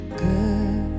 good